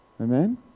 Amen